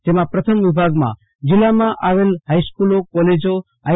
જેમાં પ્રથમ વિભાગમાં જિલ્લા માં આવેલ હાઈસ્ક્રાલો કોલેજો આઇ